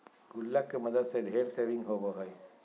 गुल्लक के मदद से ढेर सेविंग होबो हइ